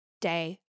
day